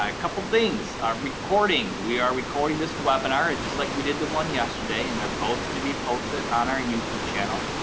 couple things, ah recording. we are recording this webinar, ah just like we did the one yesterday, and they're both going to be posted on our youtube channel.